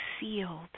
sealed